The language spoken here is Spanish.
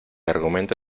argumento